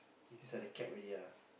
is like the cab already ah